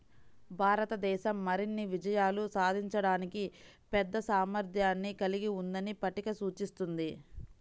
భారతదేశం మరిన్ని విజయాలు సాధించడానికి పెద్ద సామర్థ్యాన్ని కలిగి ఉందని పట్టిక సూచిస్తుంది